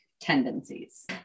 tendencies